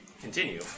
continue